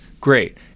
great